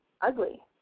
ugly